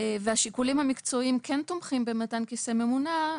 והשיקולים המקצועיים כן תומכים במתן כיסא ממונע,